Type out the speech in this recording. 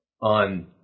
on